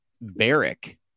Barrick